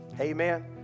Amen